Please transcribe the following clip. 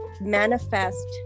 manifest